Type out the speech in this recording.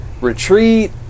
retreat